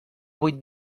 vuit